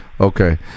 okay